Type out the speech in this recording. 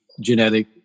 genetic